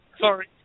Sorry